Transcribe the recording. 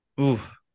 Oof